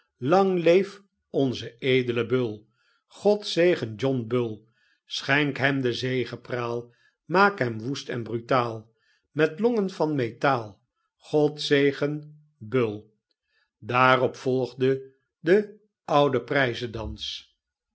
lang leev onze edele bull god zegen john bull schenk hem de zegepraal maak hem woest en brutaal met longen van metaal god zegen bull daarop volgde de ouden dans